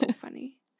funny